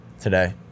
today